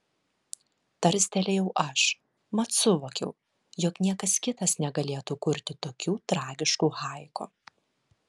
tarstelėjau aš mat suvokiau jog niekas kitas negalėtų kurti tokių tragiškų haiku